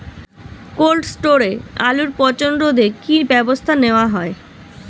Cold স্টোরে আলুর পচন রোধে কি ব্যবস্থা নেওয়া হয়?